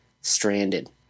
stranded